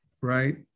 right